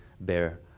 bear